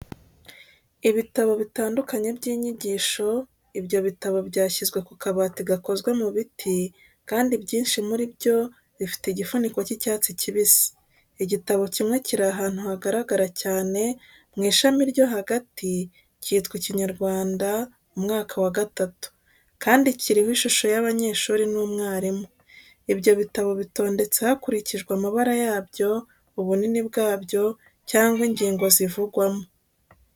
Ibitabo bitandukanye by'inyigisho, ibyo bitabo byashyizwe ku kabati gakozwe mu biti, kandi byinshi muri byo bifite igifuniko cy'icyatsi kibisi. Igitabo kimwe kiri ahantu hagaragara cyane mu ishami ryo hagati, cyitwa "Ikinyarwanda umwaka wa gatatu", kandi kiriho ishusho y'abanyeshuri n'umwarimu. Ibyo bitabo bitondetse hakurikijwe amabara yabyo, ubunini bwabyo cyangwa ingingo zivugwamo.